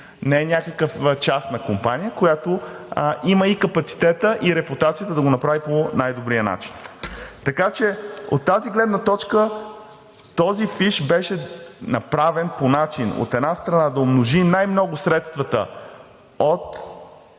Не е някаква частна компания, която има и капацитета и репутацията да го направи по най-добрия начин. Така че от тази гледна точка този фиш беше направен по начин, от една страна, да умножи най-много средствата,